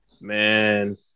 Man